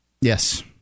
Yes